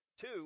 Two